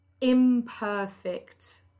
imperfect